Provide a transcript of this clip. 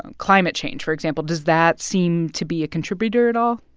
and climate change, for example does that seem to be a contributor at all?